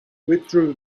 withdrew